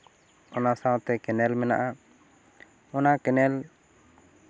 ᱚᱱᱟ ᱥᱟᱶᱛᱮ ᱠᱮᱱᱮᱞ ᱢᱮᱱᱟᱜᱼᱟ ᱚᱱᱟ ᱠᱮᱱᱮᱞ